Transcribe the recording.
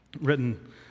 written